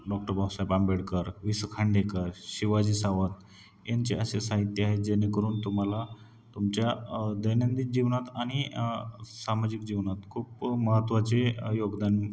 doctor Babasaheb Ambedkar V S Khandekar Shivaji Sawant यांचे असे साहित्य आहे जेणेकरून तुम्हाला तुमच्या दैनंदिन जीवनात आणि सामाजिक जीवनात खूप महत्त्वाचे योगदान